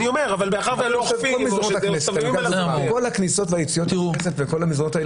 כל הכניסות והיציאות מהכנסת ובכל המסדרונות,